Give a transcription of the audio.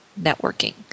networking